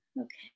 Okay